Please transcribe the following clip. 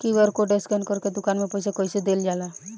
QR code scan करके दुकान में पईसा कइसे देल जाला?